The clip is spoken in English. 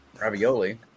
ravioli